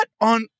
on